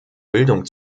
bildung